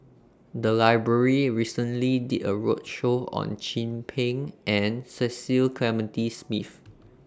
The Library recently did A roadshow on Chin Peng and Cecil Clementi Smith